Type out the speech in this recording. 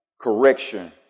correction